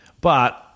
But-